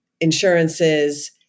insurances